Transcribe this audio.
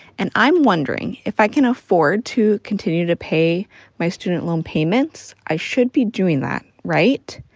and i'm wondering if i can afford to continue to pay my student loan payments, i should be doing that right?